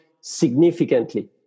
significantly